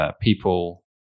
people